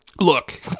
Look